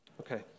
Okay